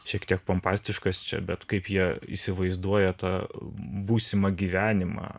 šiek tiek pompastiškas čia bet kaip jie įsivaizduoja tą būsimą gyvenimą